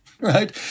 right